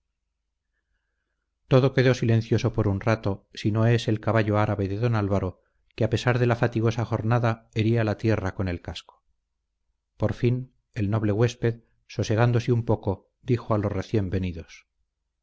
todo quedó silencioso por un rato si no es el caballo árabe de don álvaro que a pesar de la fatigosa jornada hería la tierra con el casco por fin el noble huésped sosegándose un poco dijo a los recién venidos